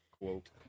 quote